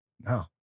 No